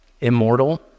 Immortal